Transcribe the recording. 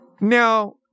Now